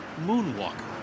Moonwalker